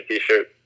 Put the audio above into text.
t-shirt